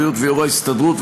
שר הבריאות ויו"ר ההסתדרות,